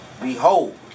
behold